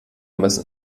müssen